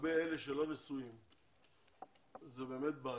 לגבי אלה שלא נשואים, זו באמת בעיה.